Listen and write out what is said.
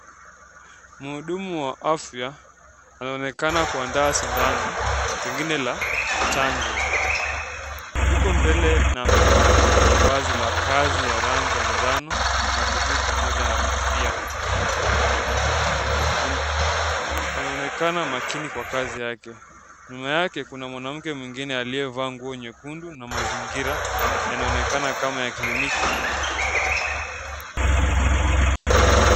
Mhudumu wa afya anaonekana kuandaa sindano pengine la chanjo. Yuko mbele na amevaa vazi la kazi ya rangi ya njano na bluu pamoja na kofia. Anaonekana makini kwa kazi yake. Nyuma yake kuna mwanamke mwingine aliyevaa nguo nyekundu na mazingira yanaonekana kama ya kliniki.